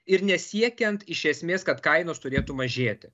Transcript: ir nesiekiant iš esmės kad kainos turėtų mažėti